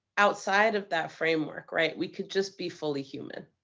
outside of that framework, right, we can just be fully human.